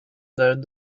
known